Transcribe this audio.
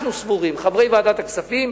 אנחנו סבורים, חברי ועדת הכספים,